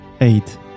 Eight